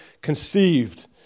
conceived